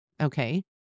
Okay